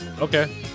okay